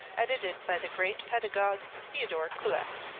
edited by the great pedagogue theodor kullak.